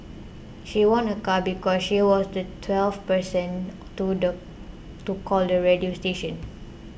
she won a car because she was the twelfth person to call the radio station